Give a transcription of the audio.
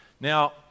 Now